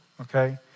okay